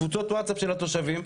קבוצות ווטסאפ של התושבים,